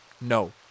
No